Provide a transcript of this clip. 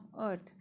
earth